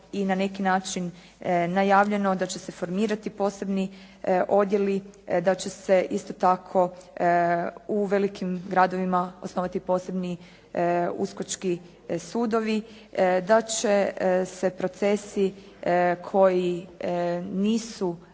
i na neki način najavljeno da će se formirati posebni odjeli, a će se isto tako u velikim gradovima osnovati posebni uskokčki sudovi, da će se procesi koji nisu